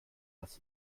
das